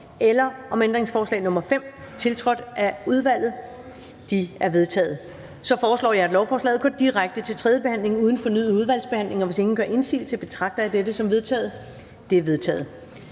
eller om ændringsforslag nr. 5, tiltrådt af udvalget? De er vedtaget. Jeg foreslår, at lovforslaget går direkte til tredjebehandling uden fornyet udvalgsbehandling. Hvis ingen gør indsigelse, betragter jeg dette som vedtaget. Det er vedtaget.